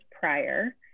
prior